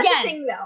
Again